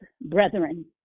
brethren